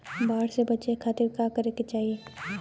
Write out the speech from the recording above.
बाढ़ से बचे खातिर का करे के चाहीं?